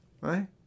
Right